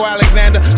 Alexander